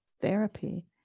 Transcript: therapy